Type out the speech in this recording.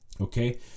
okay